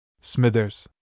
Smithers